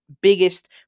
biggest